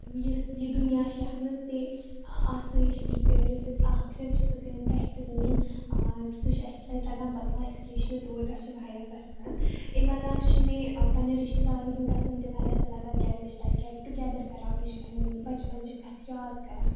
یُس یہِ دُنیا چھُ یتھ منٛز تہِ آسٲہِش بیٚیہِ کٔرِن یُس اسہِ آخرت چھ سُہ کٔرِن بَہتریٖن سُہ چھُ اسہِ تَتہِ لَگان پتہ اِسلے چھ مےٚ تور گژھُن واریاہ پَسنٛد امہِ عَلاوٕ چھُ مےٚ پَننہِ رِشتہٕ دارن ہُند گژھُن تہِ واریاہ اصل لَگان کِیازِ اسہِ چھ تَتہِ گیٚٹ ٹُگیٚدر کَران بیٚیہِ چھ پَننہِ بَچپن چہِ کَتھٕ یاد کَران